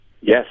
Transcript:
yes